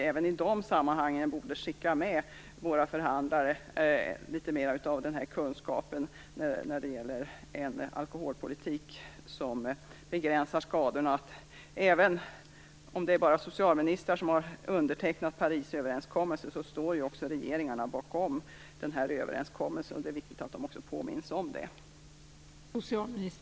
Även i de sammanhangen borde vi skicka med våra förhandlare litet mera kunskap om en alkoholpolitik som begränsar skadorna. Även om det bara är socialministrar som har undertecknat Parisöverenskommelsen står ju också regeringarna bakom denna överenskommelse, och det är viktigt att de påminns om det.